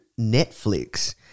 Netflix